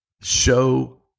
Show